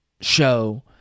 show